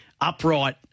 upright